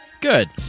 Good